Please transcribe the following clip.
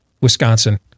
Wisconsin